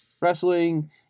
wrestling